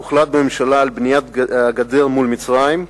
הוחלט בממשלה על בניית הגדר מול מצרים,